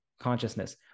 consciousness